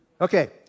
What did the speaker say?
Okay